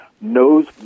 knows